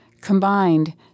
Combined